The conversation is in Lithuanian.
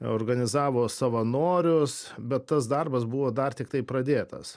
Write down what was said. organizavo savanorius bet tas darbas buvo dar tiktai pradėtas